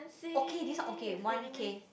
okay this one okay one K